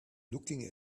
looking